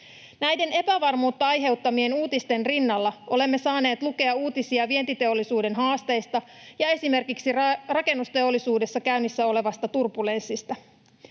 Näiden epävarmuutta aiheuttavien uutisten rinnalla olemme saaneet lukea uutisia vientiteollisuuden haasteista ja esimerkiksi rakennusteollisuudessa käynnissä olevasta turbulenssista.